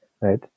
right